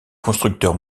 constructeur